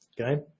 okay